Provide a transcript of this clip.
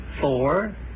four